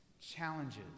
challenges